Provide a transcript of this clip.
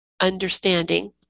understanding